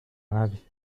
nadie